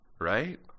right